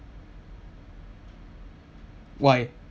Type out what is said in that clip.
why